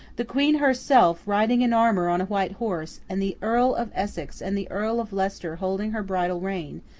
the queen herself, riding in armour on a white horse, and the earl of essex and the earl of leicester holding her bridal rein,